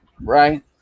Right